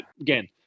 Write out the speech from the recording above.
again